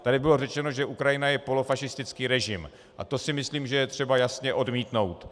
Tady bylo řečeno, že Ukrajina je polofašistický režim, a to si myslím, že je třeba jasně odmítnout.